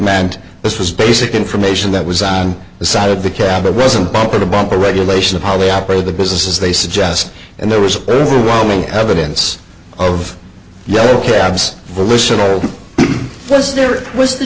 meant this was basic information that was on the side of the cab or resin bumper to bumper regulation of how they operated the businesses they suggest and there was overwhelming evidence of yellow cabs for listener first there was the